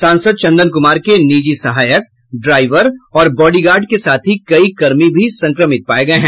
सांसद चंदन कुमार के निजी सहायक ड्राईवर और बॉडीगार्ड के साथ ही कई कर्मी भी संक्रमित पाये गये हैं